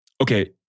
okay